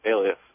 Alias